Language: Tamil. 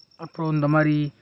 அப்புறம் இந்தமாதிரி